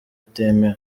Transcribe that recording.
itemewe